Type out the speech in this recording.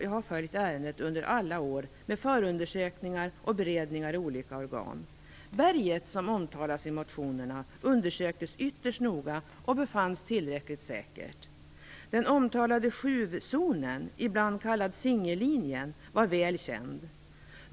Jag har följt ärendet under alla år med förundersökningar och beredningar i olika organ. Berget som omtalas i motionerna undersöktes ytterst noga och befanns vara tillräckligt säkert. Den omtalade skjuvzonen, ibland kallad Singölinjen, var väl känd.